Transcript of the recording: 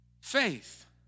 Faith